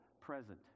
present